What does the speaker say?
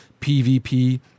PvP